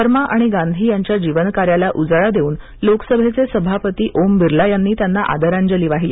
शर्मा आणि गांधी यांच्या जीवनकार्याला उजाळा देऊन लोक सभेचे सभापती ओम बिर्ला यांनी त्यांना आदरांजली वाहिली